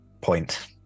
point